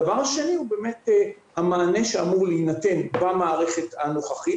הדבר השני הוא באמת המענה שאמור להינתן במערכת הנוכחית.